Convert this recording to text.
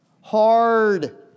Hard